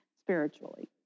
spiritually